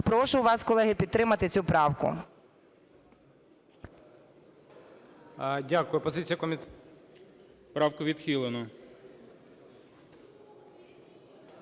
прошу вас, колеги, підтримати цю правку.